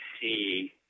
see